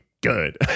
good